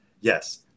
yes